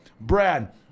Brad